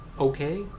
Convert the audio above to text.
okay